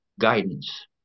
guidance